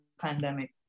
pandemic